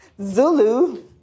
Zulu